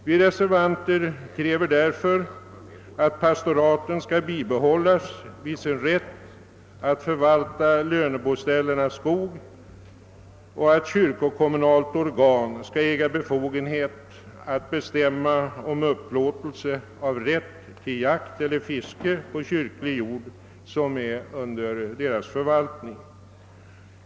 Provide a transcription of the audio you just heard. Vi reservanter kräver därför att pastoraten skall bibehållas vid sin rätt att förvalta löneboställenas skog och att kyrkokommunalt organ skall äga befogenhet att bestämma om upplåtelse av rätt till jakt eller fiske på kyrklig jord som är under dess förvaltning.